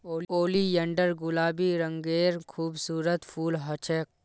oleander गुलाबी रंगेर खूबसूरत फूल ह छेक